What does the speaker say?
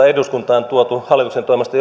eduskuntaan tuotu hallituksen toimesta